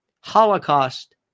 Holocaust